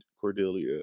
Cordelia